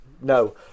No